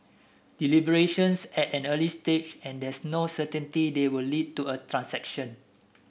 deliberations are at an early stage and there's no certainty they will lead to a transaction